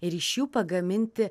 ir iš jų pagaminti